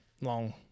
long